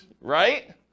Right